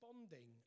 responding